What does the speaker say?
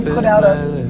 put out, ah